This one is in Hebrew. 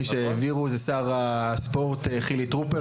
מי שהעבירו זה שר הספורט חילי טרופר